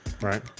Right